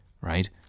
right